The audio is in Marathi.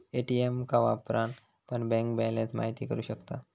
ए.टी.एम का वापरान पण बँक बॅलंस महिती करू शकतास